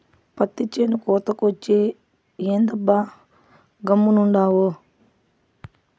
పత్తి చేను కోతకొచ్చే, ఏందబ్బా గమ్మునుండావు